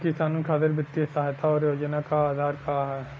किसानन खातिर वित्तीय सहायता और योजना क आधार का ह?